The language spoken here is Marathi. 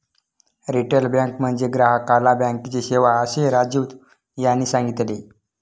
रिटेल बँक म्हणजे ग्राहकाला बँकेची सेवा, असे राजीव यांनी सांगितले